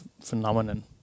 phenomenon